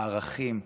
הערכים.